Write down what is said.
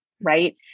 right